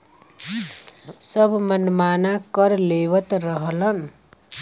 सब मनमाना कर लेवत रहलन